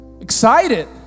excited